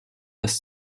das